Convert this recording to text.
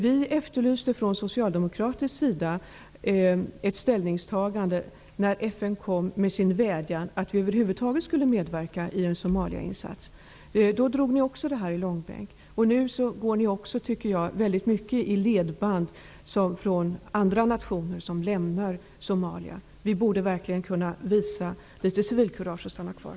Vi efterlyste från socialdemokratisk sida ett ställningstagande när FN gjorde sin vädjan om att vi över huvud taget skulle medverka i en Somaliainsats. Då drog ni detta i långbänk, och ni går även nu i mycket i andra nationers ledband, nationer som nu lämnar Somalia. Vi borde verkligen kunna visa litet civilkurage och stanna kvar.